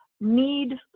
need